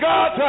God